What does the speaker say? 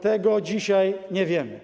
Tego dzisiaj nie wiemy.